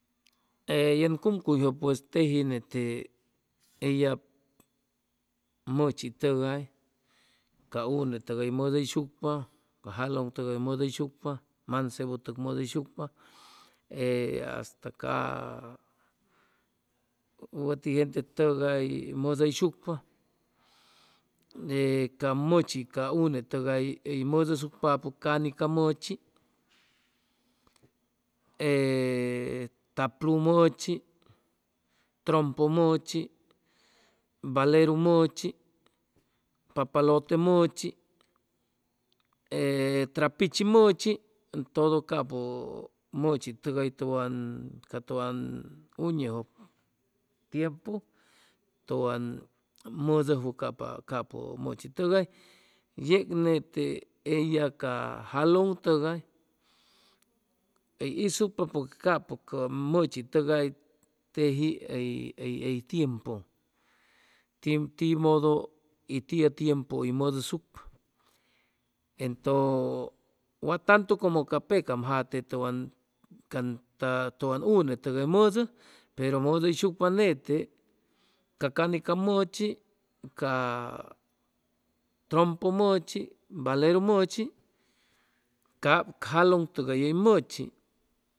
E yen cumcuyjʉ pues teji nete ellap mʉchi tʉgay ca unetʉgay mʉdʉyshucpa ca jalʉŋ tʉgay mʉdʉyshucpa mansebu tʉg mʉdʉyshucpa e hasta ca wʉti gente tʉgay mʉsʉyshucpa e ca mʉchi ca une tʉgay hʉy mʉdʉsucpapʉ canica mʉchi ee taplu mʉchi, trompo mʉchi, baleru mʉchi, papalote mʉchi, trapichi mʉchi, todo capʉ mʉchi tʉgay tʉwan ca tʉwan uñeʉg tiempu tʉwan mʉdʉjwʉ capʉ mʉchi tʉgay yeg nete ella ca jlʉn tʉgay hʉy isucpa capʉ mʉchi tʉgay teji hʉy hʉy tiempu timʉdʉ y tiʉ tiempu hʉy mʉdʉsucʉ entʉ wa tantu como ca pecam jate tʉwan unetʉg hʉy mʉdʉ pero mʉdʉyshucpa nete ca canica mʉchi, ca trompo mʉchi, baleru mʉchi, cap jalʉŋ tʉgay hʉy mʉchi